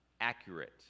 accurate